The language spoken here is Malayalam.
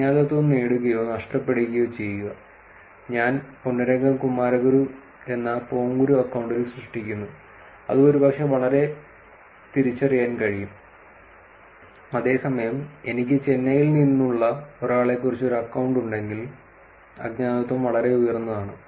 അജ്ഞാതത്വം നേടുകയോ നഷ്ടപ്പെടുകയോ ചെയ്യുക ഞാൻ പൊന്നുരംഗം കുമാരഗുരു എന്ന പോങ്കുരു അക്കൌണ്ടിൽ സൃഷ്ടിക്കുന്നു അത് ഒരുപക്ഷേ വളരെ തിരിച്ചറിയാൻ കഴിയും അതേസമയം എനിക്ക് ചെന്നൈയിൽ നിന്നുള്ള ഒരാളെക്കുറിച്ച് ഒരു അക്കൌണ്ട് ഉണ്ടെങ്കിൽ അജ്ഞാതത്വം വളരെ ഉയർന്നതാണ്